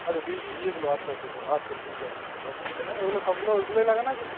আচ্ছা বি ইয়েগুলো আচ্ছা আচ্ছা আচ্ছা আচ্ছা ঠিক আছে অসুবিধা নাই ওইগুলো সবগুলো ওগুলোই লাগানো আছে তো